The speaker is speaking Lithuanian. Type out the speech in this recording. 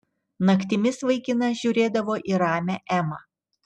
naktimis vaikinas žiūrėdavo į ramią emą